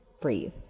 Breathe